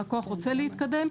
הלקוח רוצה להתקדם,